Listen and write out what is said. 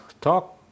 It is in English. Talk